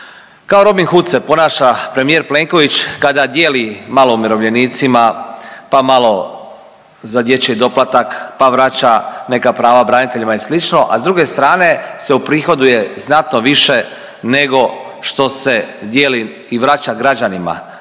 Kao Robin Hood se ponaša premijer Plenković kada dijeli malo umirovljenicima, pa malo za dječji doplatak, pa vraća neka prava braniteljima i sl. a s druge strane se uprihoduje znatno više nego što se dijeli i vraća građanima,